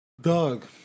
Dog